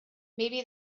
maybe